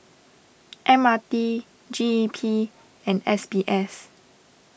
M R T G E P and S B S